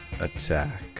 Attack